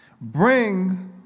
Bring